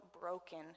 broken